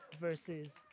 versus